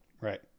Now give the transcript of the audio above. right